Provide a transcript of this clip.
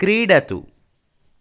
क्रीडतु